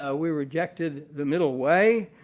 ah we rejected the middle way,